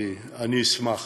אני אשמח